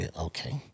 Okay